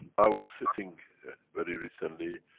i was sitting very recently.